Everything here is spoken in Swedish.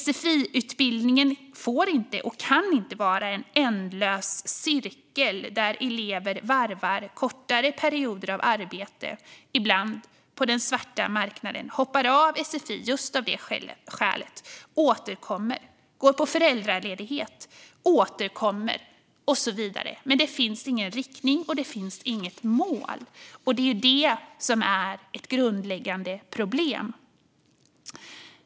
Sfi-utbildningen får inte och kan inte vara en ändlös cirkel där elever hoppar av sfi för att varva det med kortare perioder av arbete, ibland på den svarta marknaden, och sedan återkommer till sfi ett tag, går på föräldraledighet, återkommer igen och så vidare. Det finns ingen riktning och inget mål. Det är ett grundläggande problem.